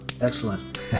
Excellent